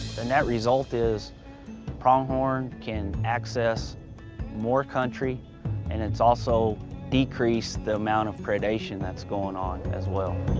the net result is pronghorn can access more country and it's also decreased the amount of predation that's going on as well.